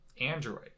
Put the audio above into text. Android